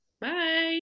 Bye